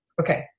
Okay